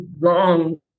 long